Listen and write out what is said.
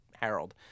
Harold